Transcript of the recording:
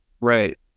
Right